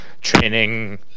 training